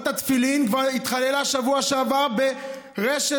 אות התפילין כבר חוללה שבוע שעבר ברשת-קשת,